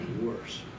worse